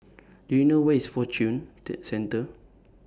Do YOU know Where IS Fortune Centre